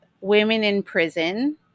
women-in-prison